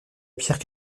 pierre